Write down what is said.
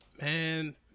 man